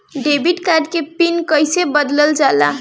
Debit card के PIN कईसे बदलल जाला?